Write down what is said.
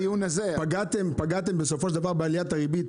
פגעתם בסופו של דבר בעליית ריבית.